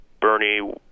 Bernie